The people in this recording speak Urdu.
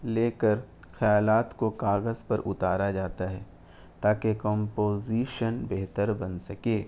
لے کر خیالات کو کاغذ پر اتارا جاتا ہے تاکہ کمپوزیشن بہتر بن سکے